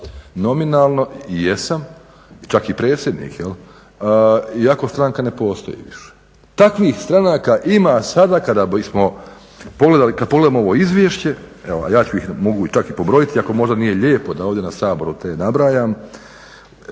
nominalno jesam čak i predsjednik iako stranka ne postoji više. Takvih stranaka ima sada kada bismo pogledali, kada pogledamo ovo izvješće a ja ću, mogu ih ih čak i pobrojiti iako možda nije lijepo da ovdje na Saboru te nabrajam.